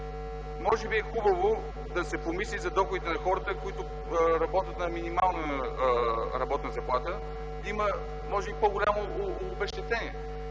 Може би е хубаво да се помисли за доходите на хората, които работят на минимална работна заплата, да има по-голямо обезщетение.